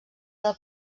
del